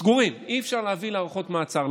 סגורים, אי-אפשר להביא להארכות מעצר.